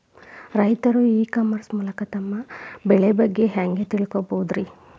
ರೈತರು e commerce ಮೂಲಕ ತಮ್ಮ ಬೆಳಿ ಬಗ್ಗೆ ಹ್ಯಾಂಗ ತಿಳ್ಕೊಬಹುದ್ರೇ?